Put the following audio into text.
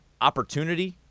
opportunity